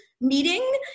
meeting